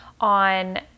on